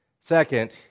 Second